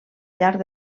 llarg